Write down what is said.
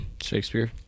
Shakespeare